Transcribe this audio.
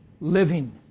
living